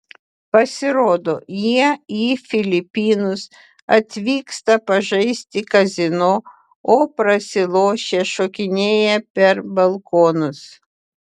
pasirodo jie į filipinus atvyksta pažaisti kazino o prasilošę šokinėja per balkonus